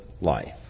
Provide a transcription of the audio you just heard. life